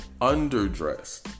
underdressed